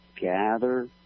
gather